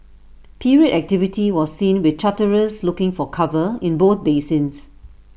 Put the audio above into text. period activity was seen with charterers looking for cover in both basins